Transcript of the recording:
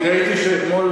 אני ראיתי שאתמול,